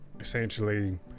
essentially